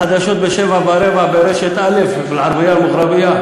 חבר הכנסת מרגי,